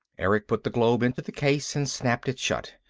erick put the globe into the case and snapped it shut.